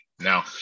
Now